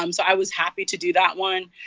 um so i was happy to do that one.